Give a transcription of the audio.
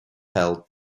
held